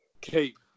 keep